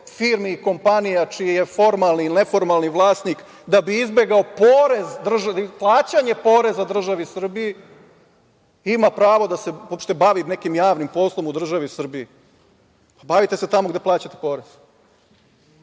firmi i kompanija čiji je formalni ili neformalni vlasnik, da bi izbegao plaćanje poreza državi Srbiji, ima pravo da se uopšte bavi nekim javnim poslom u državi Srbiji? I još da prebacuje